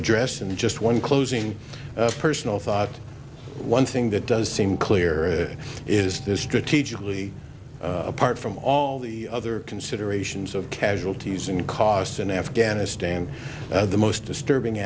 address and just one closing personal thought one thing that does seem clear is this strategically apart from all the other considerations of casualties in costs in afghanistan the most disturbing